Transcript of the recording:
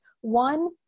One